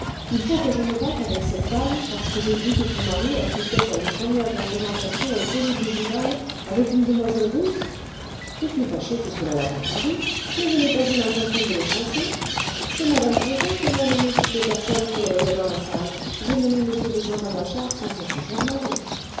il faut que je me batte avec cette dame parce que j'ai dit que son mari assistait à une première représentation aux folies bougival avec une demoiselle rousse je suis fâchée que cela la contrarie mais je n'ai pas eu l'intention de l'offenser c'est mme ponto qui m'a nommé toutes les personnes qu'elle voyait dans la salle j'ai nommé m de saintpanachard sans penser faire mal